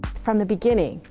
from the beginning.